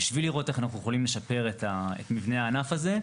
בשביל לראות איך אנחנו יכולים לשפר את מבנה הענף הזה,